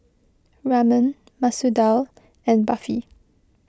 Ramen Masoor Dal and Barfi